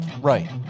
Right